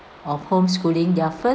of home schooling their first